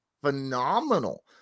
phenomenal